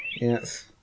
Yes